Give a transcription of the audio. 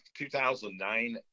2009